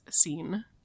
scene